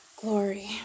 Glory